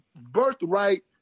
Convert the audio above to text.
birthright